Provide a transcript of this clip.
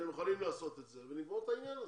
אתם יכולים לעשות את זה ונגמור את העניין הזה.